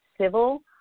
civil